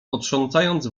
potrząsając